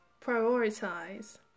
prioritize